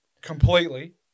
completely